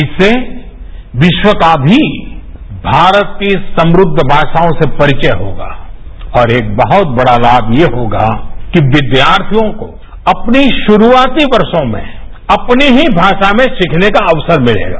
इससे विश्व का भी भारत की समुद्ध भाषाओं से परिचय होगा और एक बहुत बढ़ा लाभ ये होगाकि विद्यार्थियों को अपने शुरूआती वर्षों में अपनी ही भाषा में सीखने का अवसर मिलेगा